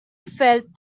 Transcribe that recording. felt